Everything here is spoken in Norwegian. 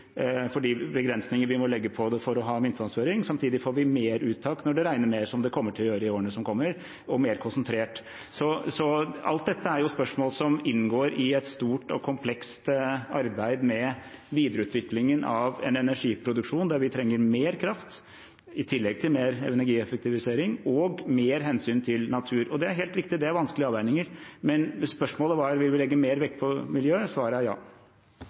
vi må legge på det for å ha minstevannføring. Samtidig får vi mer uttak når det regner mer og mer konsentrert, som det kommer til å gjøre i årene som kommer. Alt dette er spørsmål som inngår i et stort og komplekst arbeid med videreutviklingen av en energiproduksjon der vi trenger mer kraft – i tillegg til mer energieffektivisering – og må ta mer hensyn til natur. Det er helt riktig at det er vanskelige avveininger, men spørsmålet var om vi ville legge mer vekt på miljøet, og svaret er ja.